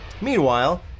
Meanwhile